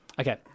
Okay